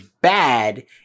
bad